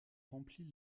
remplit